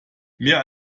mehr